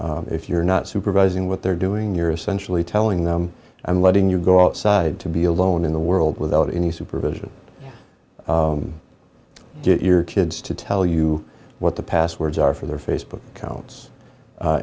if you're not supervising what they're doing you're essentially telling them i'm letting you go outside to be alone in the world without any supervision get your kids to tell you what the passwords are for their facebook accounts